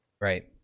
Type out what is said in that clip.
right